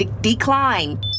Decline